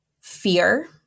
fear